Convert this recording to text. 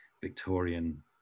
Victorian